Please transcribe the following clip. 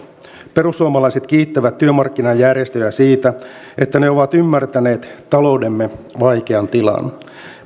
perussuomalaiset kiittävät työmarkkinajärjestöjä siitä että ne ovat ymmärtäneet taloutemme vaikean tilan